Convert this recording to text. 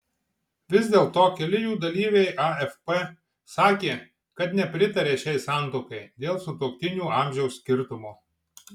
vis dėlto keli jų dalyviai afp sakė kad nepritaria šiai santuokai dėl sutuoktinių amžiaus skirtumo